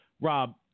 Rob